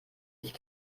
ich